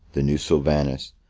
the new sylvanus,